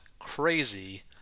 Crazy